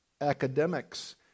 Academics